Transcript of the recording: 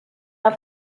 auf